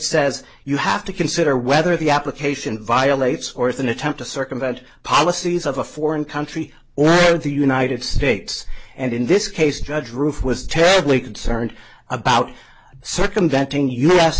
says you have to consider whether the application violates or is an attempt to circumvent policies of a foreign country or the united states and in this case judge roof was terribly concerned about circumventing